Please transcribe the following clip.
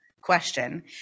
question